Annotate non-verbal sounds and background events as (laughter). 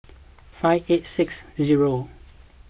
(noise) five eight six zero